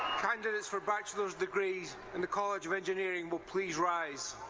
candidates for bachelor's degrees in the college of engineering will please rise.